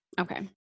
Okay